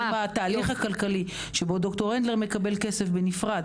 האם התהליך הכלכלי שבו דר' הנדלר מקבל כסף בנפרד